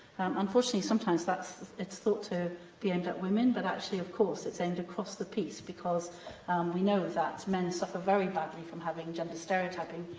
unfortunately, sometimes, it's thought to be aimed at women but, actually, of course, it's aimed across the piece, because we know that men suffer very badly from having gender stereotyping,